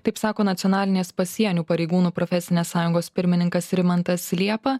taip sako nacionalinės pasienių pareigūnų profesinės sąjungos pirmininkas rimantas liepa